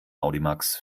audimax